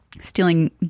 stealing